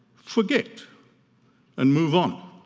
forget and move on.